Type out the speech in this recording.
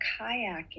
kayaking